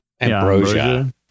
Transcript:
ambrosia